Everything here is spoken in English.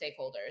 stakeholders